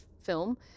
film